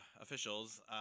officials